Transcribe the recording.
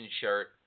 shirt